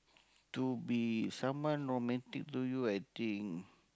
to be someone romantic to you I think